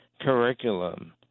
curriculum